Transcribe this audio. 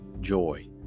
joy